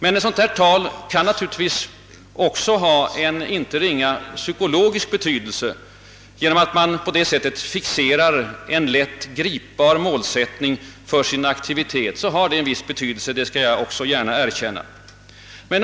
Ett sådant tal kan: :också ha en inte ringa psykologisk betydelse genom ati man på det sättet fixerar en lätt gripbar målsättning för sin aktivitet, det skall jag också gärna medge.